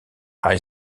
high